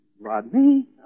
Rodney